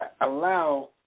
allow